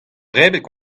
debret